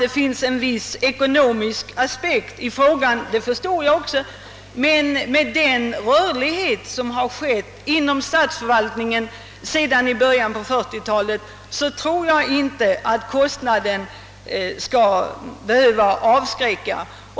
Det finns en viss ekonomisk aspekt på frågan, det förstår jag också, men med den rörlighet som inträtt inom statsförvaltningen sedan början av 1940-talet tror jag inte att kostnaden skall behöva avskräcka.